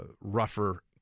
rougher